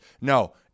No